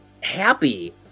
happy